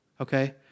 Okay